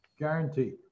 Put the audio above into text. Guaranteed